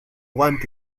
want